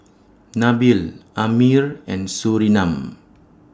Nabil Ammir and Surinam